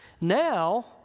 Now